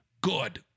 good